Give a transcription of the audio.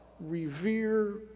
revere